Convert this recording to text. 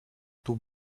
too